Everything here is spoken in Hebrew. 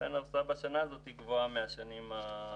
לכן בשנה הזאת ההוצאה גבוהה מהשנים הרגילות.